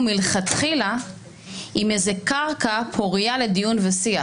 מלכתחילה עם איזו קרקע פורייה לדיון ושיח.